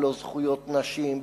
בלא זכויות נשים,